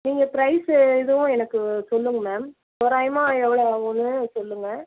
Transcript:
நீங்கள் ப்ரைஸ்சு எதுவும் எனக்கு சொல்லுங்கள் மேம் தோராயமாக எவ்வளோ ஆகும்னு சொல்லுங்கள்